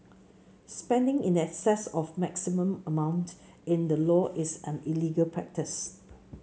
spending in excess of maximum amount in the law is an illegal practice